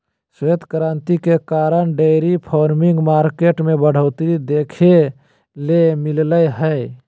श्वेत क्रांति के कारण डेयरी फार्मिंग मार्केट में बढ़ोतरी देखे ल मिललय हय